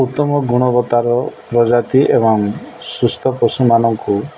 ଉତ୍ତମ ଗୁଣବତ୍ତାର ପ୍ରଜାତି ଏବଂ ସୁସ୍ଥ ପଶୁମାନଙ୍କୁ